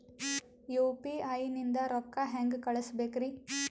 UPI ನಿಂದ ರೊಕ್ಕ ಹೆಂಗ ಕಳಸಬೇಕ್ರಿ?